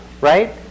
right